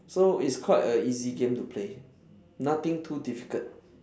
so it's quite a easy game to play nothing too difficult